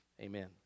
Amen